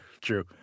true